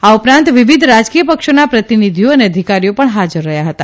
આ ઉપરાંત વિવિધ રાજકીયપક્ષોના પ્રતિનિધિઓ અને અધિકારીઓ પણ હાજર રહ્યા હતા